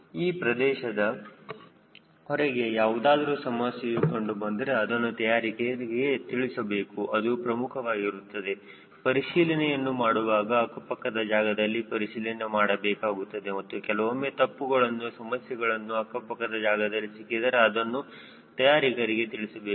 ಈ ಪ್ರದೇಶದ ಹೊರಗೆ ಯಾವುದಾದರೂ ಸಮಸ್ಯೆಯೂ ಕಂಡುಬಂದರೆ ಅದನ್ನು ತಯಾರಿಕರಿಗೆ ತಿಳಿಸಬೇಕು ಇದು ಪ್ರಮುಖವಾಗಿರುತ್ತದೆ ಪರಿಶೀಲನೆಯನ್ನು ಮಾಡುವಾಗ ಅಕ್ಕಪಕ್ಕದ ಜಾಗದಲ್ಲಿ ಪರಿಶೀಲನೆ ಮಾಡಬೇಕಾಗುತ್ತದೆ ಮತ್ತು ಕೆಲವೊಮ್ಮೆ ತಪ್ಪುಗಳನ್ನು ಸಮಸ್ಯೆಗಳನ್ನು ಅಕ್ಕಪಕ್ಕದ ಜಾಗದಲ್ಲಿ ಸಿಕ್ಕಿದರೆ ಅದನ್ನು ತಯಾರಿಕರಿಗೆ ತಿಳಿಸಬೇಕು